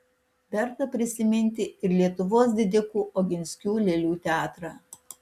verta prisiminti ir lietuvos didikų oginskių lėlių teatrą